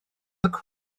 cafodd